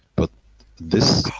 but this